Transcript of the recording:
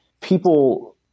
people